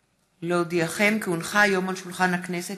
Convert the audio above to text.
מסמכים שהונחו על שולחן הכנסת